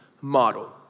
model